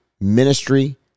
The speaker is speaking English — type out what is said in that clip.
ministry